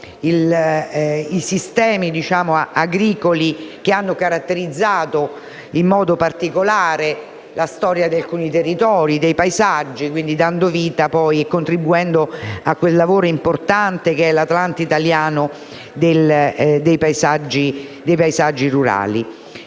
i sistemi agricoli che hanno caratterizzato in modo particolare la storia di alcuni territori e dei paesaggi contribuendo a quel lavoro importante che è il Catalogo nazionale dei paesaggi rurali